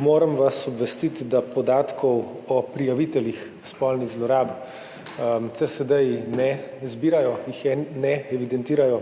Moram vas obvestiti, da podatkov o prijaviteljih spolnih zlorab CSD-ji ne zbirajo, jih ne evidentirajo.